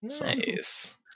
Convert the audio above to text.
Nice